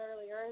earlier